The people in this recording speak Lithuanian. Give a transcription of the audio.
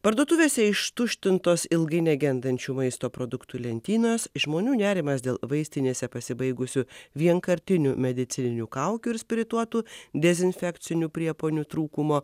parduotuvėse ištuštintos ilgai negendančių maisto produktų lentynos žmonių nerimas dėl vaistinėse pasibaigusių vienkartinių medicininių kaukių ir spirituotų dezinfekcinių priemonių trūkumo